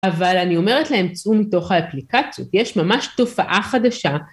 אבל אני אומרת צאו מתוך האפליקציות, יש ממש תופעה חדשה